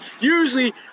Usually